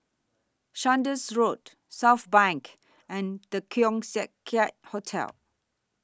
Saunders Road Southbank and The Keong Hotel